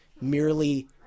merely